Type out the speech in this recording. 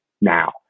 now